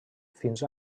fins